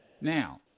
Now